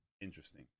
interesting